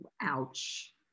Ouch